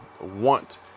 want